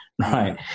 Right